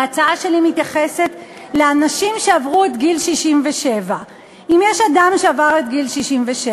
ההצעה שלי מתייחסת לאנשים שעברו את גיל 67. אם יש אדם שעבר את גיל 67,